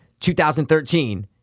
2013